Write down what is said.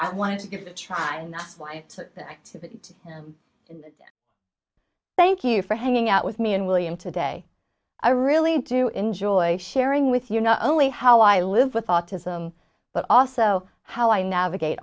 i wanted to give it a try and that's why i took the activity to him and thank you for hanging out with me and william today i really do enjoy sharing with you not only how i live with autism but also how i navigate